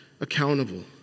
accountable